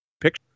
picture